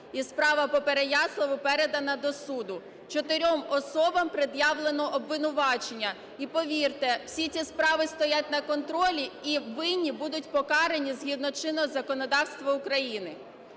і справа по Переяславу передана до суду. 4 особам пред'явлено обвинувачення, і, повірте, всі ці справи стоять на контролі і винні будуть покарані згідно чинного законодавства України.